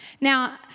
Now